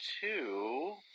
two